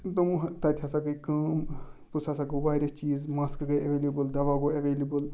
تِمو تَتہِ ہَسا گٔے کٲم پوٚتُس ہَسا گوٚو واریاہ چیٖز ماسکہٕ گٔے ایٚویلیبُل دوا گوٚو ایٚویلیبُل